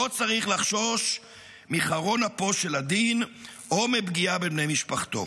לא צריך לחשוש מחרון אפו של הדין או מפגיעה בבני משפחתו,